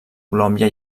colòmbia